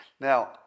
Now